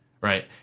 right